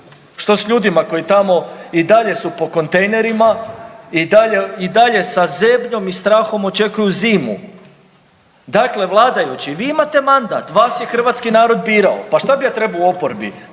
Što s ljudima koji tamo i dalje su po kontejnerima i dalje sa zebnjom i strahom očekuju zimu? Dakle, vladajući vi imate mandat. Vas je hrvatski narod birao. Pa što bi ja trebao u oporbi